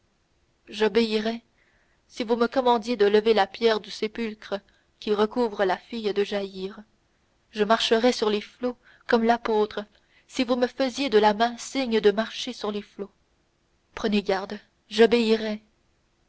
j'obéirais si vous me commandiez de lever la pierre du sépulcre qui recouvre la fille de jaïre je marcherais sur les flots comme l'apôtre si vous me faisiez de la main signe de marcher sur les flots prenez garde j'obéirais